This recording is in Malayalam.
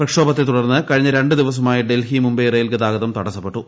പ്രക്ഷോഭത്തെ തുടർന്ന് കുഴിഞ്ഞ രണ്ട് ദിവസമായി ഡൽഹി മുംബൈ റെയിൽ ക്യ്ത്ത്ഗതം തടസ്സപ്പെട്ടു